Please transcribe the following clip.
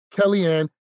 Kellyanne